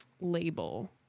label